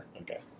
Okay